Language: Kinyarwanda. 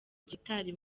gitari